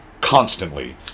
constantly